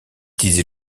disaient